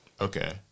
Okay